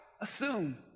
assume